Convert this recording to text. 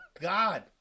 God